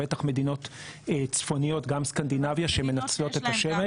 בטח מדינות צפוניות כמו סקנדינביה שמנצלות את השמש.